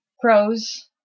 crows